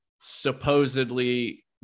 supposedly